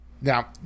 Now